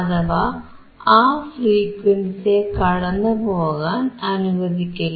അഥവാ ആ ഫ്രീക്വൻസിയെ കടന്നുപോകാൻ അനുവദിക്കില്ല